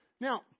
Now